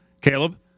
Caleb